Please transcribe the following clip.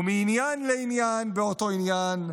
ומעניין לעניין באותו עניין,